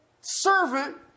servant